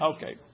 Okay